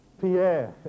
Pierre